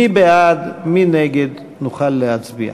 מי בעד, מי נגד, נוכל להצביע.